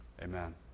Amen